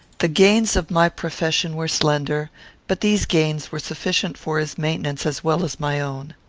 the gains of my profession were slender but these gains were sufficient for his maintenance as well as my own.